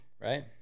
right